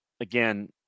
again